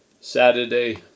Saturday